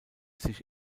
sich